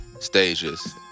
stages